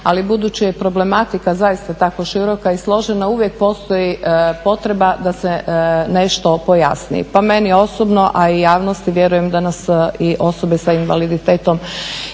ali budući je problematika zaista tako široka i složena, uvijek postoji potreba da se nešto pojasni. Pa meni osobno, a i javnosti, vjerujem da nas i osobe sa invaliditetom